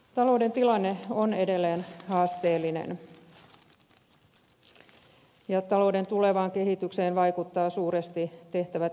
talouden tilanne on edelleen haasteellinen ja talouden tulevaan kehitykseen suuresti vaikuttavat tehtävät energiaratkaisut